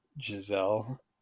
Giselle